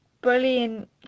brilliant